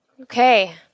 Okay